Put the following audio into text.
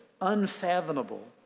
unfathomable